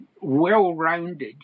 well-rounded